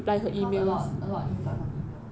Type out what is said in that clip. because a lot a lot some emails also